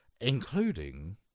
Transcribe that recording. including